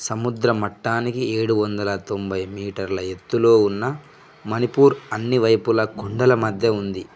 సముద్ర మట్టానికి ఏడువందల తొంభై మీటర్ల ఎత్తులో ఉన్న మణిపూర్ అన్ని వైపులా కొండల మధ్య ఉంది